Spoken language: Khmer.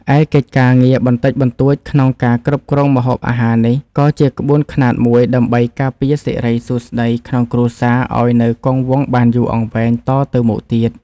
ឯកិច្ចការងារបន្តិចបន្តួចក្នុងការគ្របគ្រងម្ហូបអាហារនេះ ក៏ជាក្បួនខ្នាតមួយដើម្បីការពារសិរីសួស្តីក្នុងគ្រួសារឱ្យនៅគង់វង្សបានយូរអង្វែងតទៅមុខទៀត។